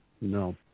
No